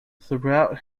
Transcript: throughout